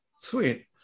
Sweet